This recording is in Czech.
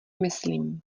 myslím